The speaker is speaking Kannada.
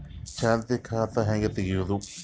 ಚಾಲತಿ ಖಾತಾ ಹೆಂಗ್ ತಗೆಯದು?